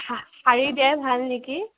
শা শাৰী দিয়াই ভাল নেকি